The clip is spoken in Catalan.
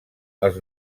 els